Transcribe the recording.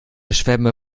schwemme